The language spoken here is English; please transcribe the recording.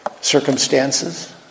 circumstances